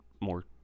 more